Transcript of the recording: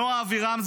נעה אבירם,